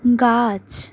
গাছ